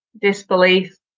disbelief